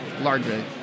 largely